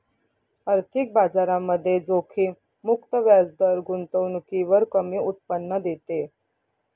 आर्थिक बाजारामध्ये जोखीम मुक्त व्याजदर गुंतवणुकीवर कमी उत्पन्न देते